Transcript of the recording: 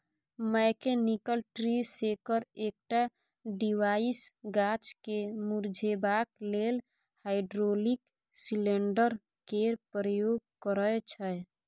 mechanical tree shaker एकटा device गाछ केँ मुरझेबाक लेल हाइड्रोलिक सिलेंडर केर प्रयोग करय छै